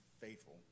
faithful